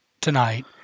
tonight